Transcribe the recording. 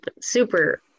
super